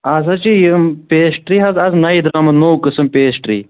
اَہن سا چھِ یِم پیسٹری حظ اَز نَیہِ نوٚو قٕسٕم پیسٹری